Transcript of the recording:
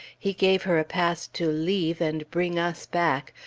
he gave her a pass to leave, and bring us back,